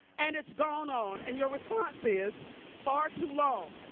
and it's gone on, and your response is far too long.